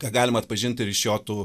ką galima atpažinti ir iš jo tų